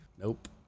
Nope